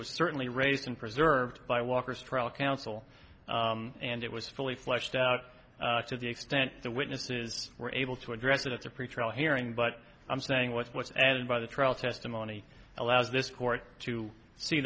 was certainly raised in preserved by walker's trial counsel and it was fully fleshed out to the extent the witnesses were able to address it at the pretrial hearing but i'm saying what was added by the trial testimony allows this court to see